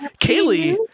Kaylee